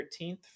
13th